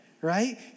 right